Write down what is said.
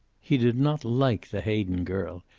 he did not like the hayden girl.